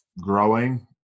growing